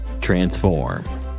Transform